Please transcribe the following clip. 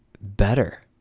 better